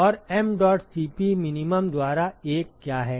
और mdot Cp min द्वारा 1 क्या है